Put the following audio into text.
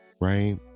right